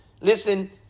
Listen